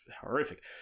horrific